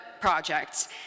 projects